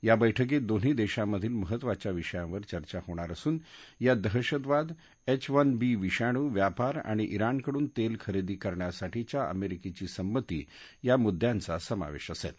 या बैठकीत दोन्ही देशांमधील महत्त्वाच्या विषयावर चर्चा होणार असून यात दहशतवाद एच वन बी विषाणू व्यापार आणि ज्ञाणकडून तेल खरेदी करण्यासाठीच्या अमेरिकेची संमती या मुद्दयांचा समावेश असेल